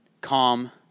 calm